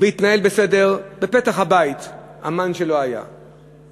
והתנהל בסדר, המן שלו היה בפתח הבית.